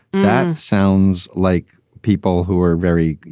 that sounds like people who are very, you